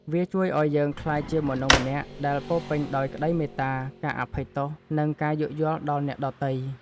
វាជួយឱ្យយើងក្លាយជាមនុស្សម្នាក់ដែលពោរពេញដោយក្ដីមេត្តា ការអភ័យទោស និងការយោគយល់ដល់អ្នកដទៃ។